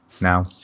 now